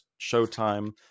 Showtime